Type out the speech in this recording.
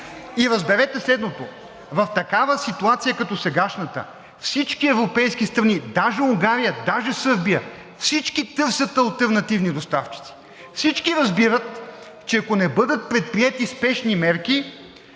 И разберете следното, в такава ситуация като сегашната всички европейски страни – даже Унгария, даже Сърбия, всички търсят алтернативни доставчици. Всички разбират, че ако не бъдат предприети спешни мерки,